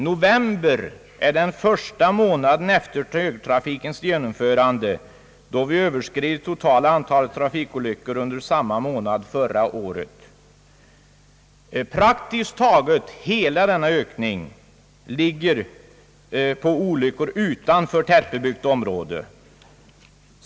November är den första månaden efter högertrafikens genomförande, då vi överskridit totala antalet trafikolyckor under samma månad förra året. Praktiskt taget hela denna ökning utgöres av olyckor utanför tättbebyggt område.